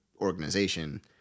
organization